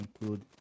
include